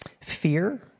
fear